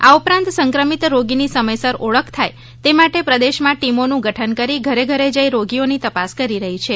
આ ઉપરાંત સંક્રમિત રોગીની સમયસર ઓળખ થાય તે માટે પ્રદેશમાં ટીમોનું ગઠન કરી ઘરે ઘરે જઈને રોગીઓની તપાસ કરી રહી છે